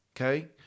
Okay